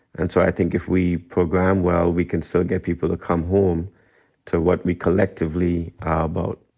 and so i think if we program well, we can still get people to come home to what we collectively are about.